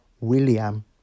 William